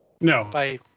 No